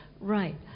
right